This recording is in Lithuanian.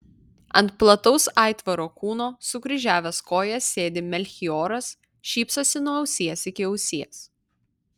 ant plataus aitvaro kūno sukryžiavęs kojas sėdi melchioras šypsosi nuo ausies iki ausies